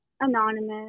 Anonymous